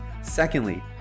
Secondly